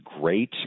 great